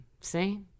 See